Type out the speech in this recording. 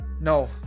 No